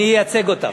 אני אייצג אותך.